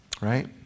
right